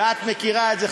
ואת מכירה את זה,